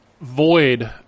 void